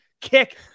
kick